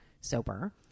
sober